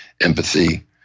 empathy